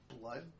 blood